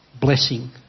blessing